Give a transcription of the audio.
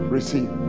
Receive